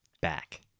back